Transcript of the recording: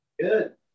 Good